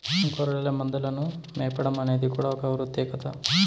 గొర్రెల మందలను మేపడం అనేది కూడా ఒక వృత్తే కదా